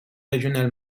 regional